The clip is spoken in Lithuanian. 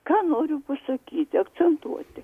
ką noriu pasakyti akcentuoti